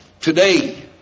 today